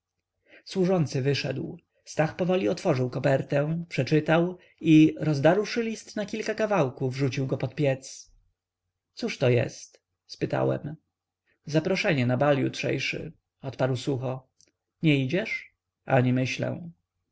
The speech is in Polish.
służący wyszedł stach powoli otworzył kopertę przeczytał i rozdarłszy list na kilka kawałków rzucił go pod piec cóżto jest spytałem zaproszenie na bal jutrzejszy odparł sucho nie idziesz ani myślę